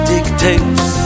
Dictates